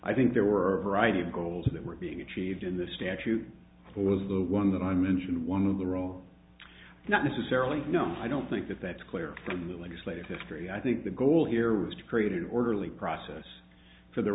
i think there are idea of goals that were being achieved in the statute for the one that i mentioned one of the role not necessarily no i don't think that that's clear from the legislative history i think the goal here was to create an orderly process for the